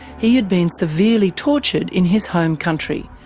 he had been severely tortured in his home country,